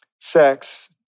sex